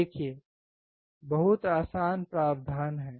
देखिये बहुत आसान प्रावधान है